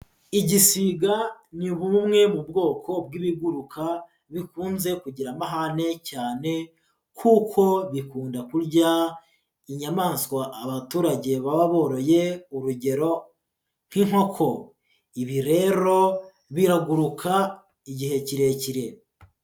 Igisiga ni bumwe mu bwoko bw'ibiguruka, bikunze kugira amahane cyane kuko bikunda kurya inyamaswa abaturage baba boroye urugero nk'inkoko, ibi rero biraguruka igihe kirekire.